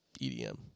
EDM